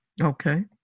Okay